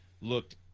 looked